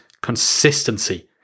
consistency